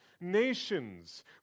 Nations